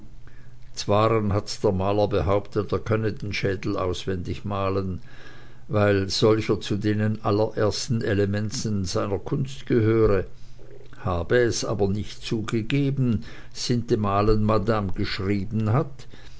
zwaren hat der mahler behauptet er könne den schedel aufwendig mahlen weill solcher zu denen allerersten elementen seiner kunst gehöre habe es aber nicht zugegeben sintemal madame geschrieben hat